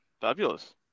Fabulous